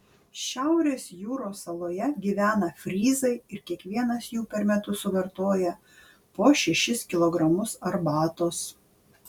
šiaurės jūros saloje gyvena fryzai ir kiekvienas jų per metus suvartoja po šešis kilogramus arbatos